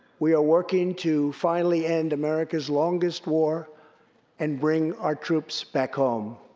we are working to finally end america's longest war and bring our troops back home.